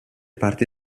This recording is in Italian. parti